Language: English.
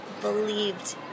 believed